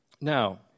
Now